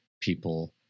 people